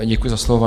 Děkuji za slovo.